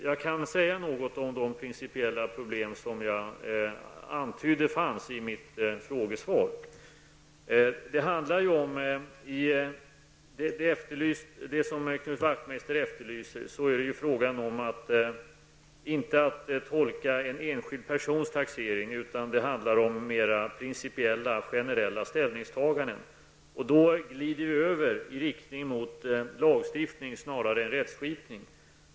Jag kan säga något om de principiella problem som jag i mitt frågesvar antydde fanns. Det som Knut Wachtmeister efterlyser handlar ju inte om att tolka en enskild persons taxering, utan det handlar om mer principiella och generella ställningstaganden. Då glider vi över i riktning mot lagstiftning snarare än rättsskipning.